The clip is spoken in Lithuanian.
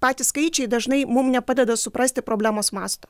patys skaičiai dažnai mum nepadeda suprasti problemos masto